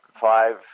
five